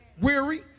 weary